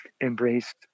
embraced